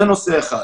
זה נושא אחד.